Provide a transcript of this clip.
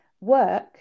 work